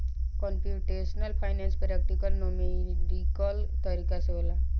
computational finance practical numerical तरीका से होला